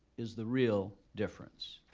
is the real difference.